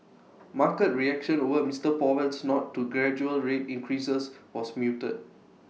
market reaction over Mister Powell's nod to gradual rate increases was muted